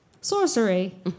Sorcery